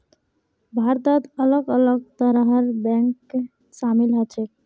भारतत अलग अलग तरहर बैंक शामिल ह छेक